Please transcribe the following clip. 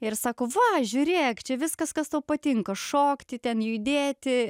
ir sako va žiūrėk čia viskas kas tau patinka šokti ten judėti